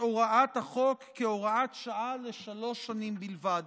הוראת החוק כהוראת שעה לשלוש שנים בלבד.